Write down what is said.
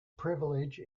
privilege